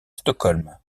stockholm